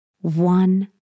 one